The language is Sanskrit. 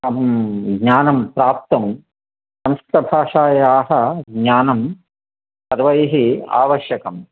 ज्ञानं प्राप्तं संस्कृतभाषायाः ज्ञानं सर्वैः आवश्यकम्